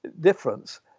difference